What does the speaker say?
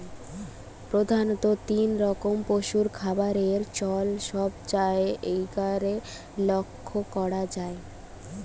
প্রধাণত তিন রকম পশুর খাবারের চল সব জায়গারে লক্ষ করা যায়